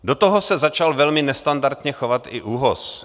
Do toho se začal velmi nestandardně chovat i ÚOHS.